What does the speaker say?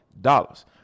dollars